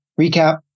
recap